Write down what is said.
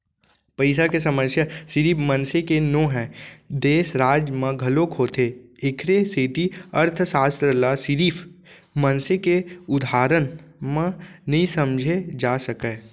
पइसा के समस्या सिरिफ मनसे के नो हय, देस, राज म घलोक होथे एखरे सेती अर्थसास्त्र ल सिरिफ मनसे के उदाहरन म नइ समझे जा सकय